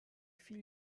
viel